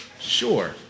Sure